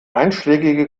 einschlägige